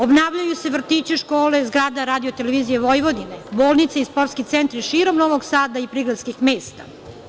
Obnavljaju se vrtići, škole, zgrada RTV-a, bolnice i sportski centri širom Novog Sada i prigradskih mesta.